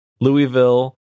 Louisville